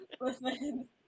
Listen